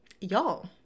Y'all